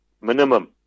Minimum